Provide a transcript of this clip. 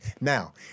Now